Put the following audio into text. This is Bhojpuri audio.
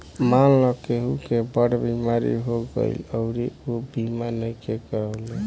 मानल केहु के बड़ बीमारी हो गईल अउरी ऊ बीमा नइखे करवले